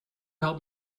help